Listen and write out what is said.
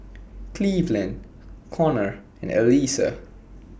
Cleveland Konnor and Elissa